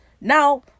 Now